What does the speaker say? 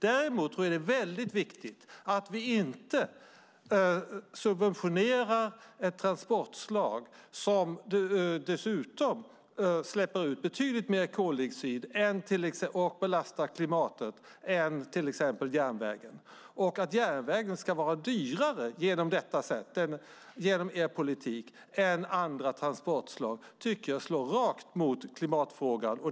Däremot tror jag att det är väldigt viktigt att vi inte subventionerar ett transportslag som dessutom släpper ut betydligt mer koldioxid och belastar klimatet betydligt mer än till exempel järnvägen. Att järnvägen ska vara dyrare genom er politik än andra transportslag tycker jag slår rakt mot klimatfrågan.